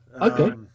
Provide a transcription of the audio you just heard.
Okay